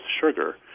sugar